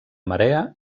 marea